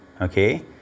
okay